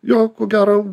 jo ko gero